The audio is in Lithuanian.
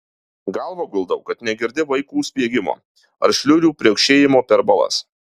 galvą guldau kad negirdi vaikų spiegimo ar šliurių pliaukšėjimo per balas